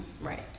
right